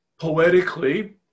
poetically